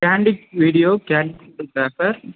candid video candid இருக்கா sir